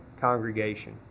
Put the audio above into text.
congregation